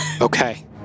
Okay